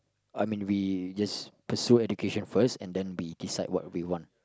I mean we just pursue education first and then we decide what we want